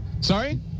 Sorry